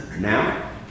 now